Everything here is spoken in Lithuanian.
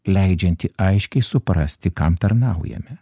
leidžianti aiškiai suprasti kam tarnaujame